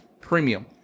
premium